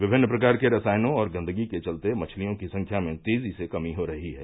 विभिन्न प्रकार के रसायनों और गंदगी के चलते मछलियों की संख्या में तेजी से कमी हो रही है